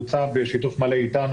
בוצע בשיתוף מלא אתנו,